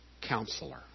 Counselor